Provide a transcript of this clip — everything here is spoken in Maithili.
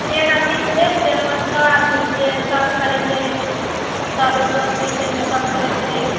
एक आदमी थोड़े छियै पाँच छऽ आदमी छियै सब करेतय सब आइब्रो बनेतय मेकअप करेतय